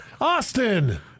Austin